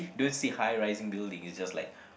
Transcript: don't see high rising building it's just like